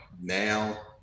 now